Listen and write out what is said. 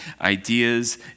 ideas